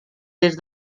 des